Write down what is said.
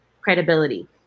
credibility